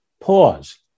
pause